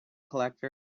collector